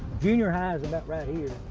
junior high's about right here,